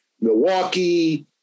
Milwaukee